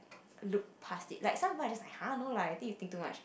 look past it like somebody like !huh! you think too much